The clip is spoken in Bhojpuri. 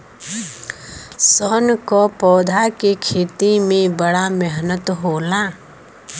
सन क पौधा के खेती में बड़ा मेहनत होला